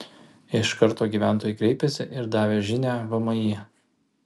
iš karto gyventojai kreipėsi ir davė žinią vmi